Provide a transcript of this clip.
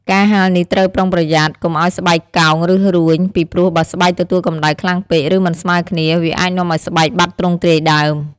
ការហាលនេះត្រូវប្រយ័ត្នកុំឱ្យស្បែកកោង ឬរួញ ពីព្រោះបើស្បែកទទួលកម្តៅខ្លាំងពេក ឬមិនស្មើគ្នា វាអាចនាំឲ្យស្បែកបាត់ទ្រង់ទ្រាយដើម។